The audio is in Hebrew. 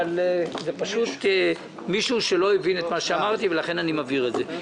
אבל זה פשוט מישהו שלא הבין את מה שאמרתי ולכן אני מבהיר את זה.